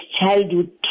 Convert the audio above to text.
childhood